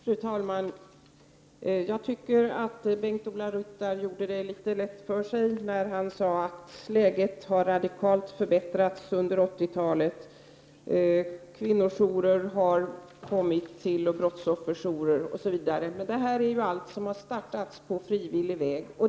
Fru talman! Jag tycker att Bengt-Ola Ryttar gjorde det litet lätt för sig när han sade att läget har förbättrats radikalt under 80-talet, då kvinnojourer och brottsofferjourer har kommit till. Men allt detta har startats på frivillig väg.